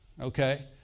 Okay